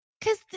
cause